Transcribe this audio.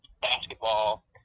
basketball